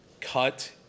cut